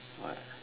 what